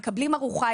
מקבלים ארוחה,